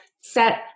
Set